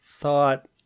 thought